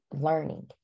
learning